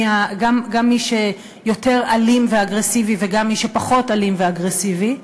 גם מי שיותר אלים ואגרסיבי וגם מי שפחות אלים ואגרסיבי,